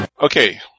Okay